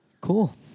Cool